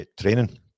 training